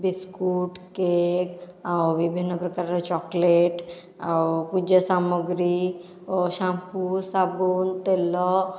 biscuit cake ଆଉ ବିଭିନ୍ନ ପ୍ରକାରର ଚକୋଲେଟ ଆଉ ପୂଜା ସାମଗ୍ରୀ ଓ ସାମ୍ପୁ ସାବୁନ ତେଲ